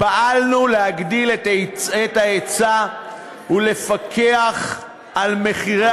פעלנו להגדיל את ההיצע ולפקח על מחירי